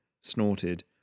snorted